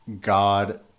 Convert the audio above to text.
God